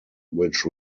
which